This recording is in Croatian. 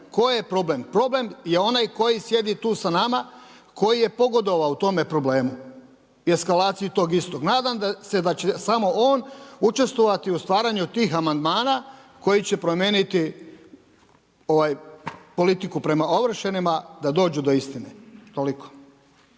Koji je problem? Problem je onaj koji sjedi tu sa nama koji je pogodovao tome problemu i eskalaciji tog istog. Nadam se da će samo on učestvovati u stvaranju tih amandmana koji će promijeniti politiku prema ovršenima da dođu do istine. Toliko.